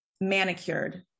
manicured